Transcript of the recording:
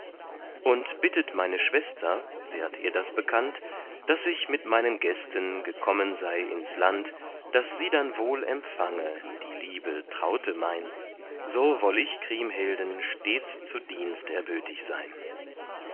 und bittet meine schwester werd ihr das bekannt daß ich mit meinen gästen gekommen sei ins land daß sie dann wohl empfange die liebe traute mein so woll ich kriemhilden stets zu dienst erbötig sein